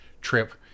trip